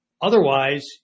otherwise